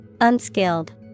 Unskilled